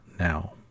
now